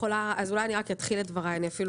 אז אולי אני רק אתחיל את דברי אני אפילו